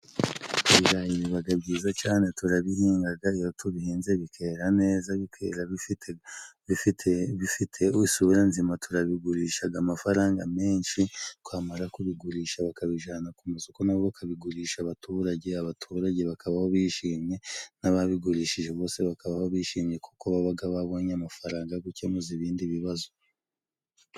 Ibirayi bibaga byiza cane turabihingaga, iyo tubihinze bikera neza bikera bifite bifite bifite isura nzima turabigurishaga amafaranga menshi, twamara kubigurisha bakabijana ku masoko nabo bakabigurisha abaturage, abaturage bakabaho bishimye n'ababigurishije bose bakaba bishimye, kuko babaga babonye amafaranga yo gukemuza ibindi bibazo.